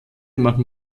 machen